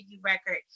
record